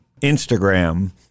Instagram